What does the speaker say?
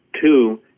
Two